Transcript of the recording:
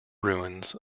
ruins